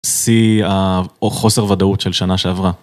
שיא ה... או חוסר ודאות של שנה שעברה.